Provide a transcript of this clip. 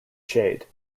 shade